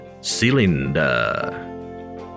Cylinder